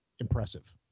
impressive